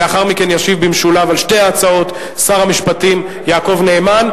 לאחר מכן ישיב במשולב על שתי ההצעות שר המשפטים יעקב נאמן.